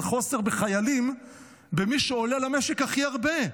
חוסר בחיילים במי שעולה למשק הכי הרבה?